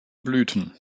blüten